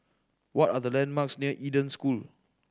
what are the landmarks near Eden School